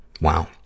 Wow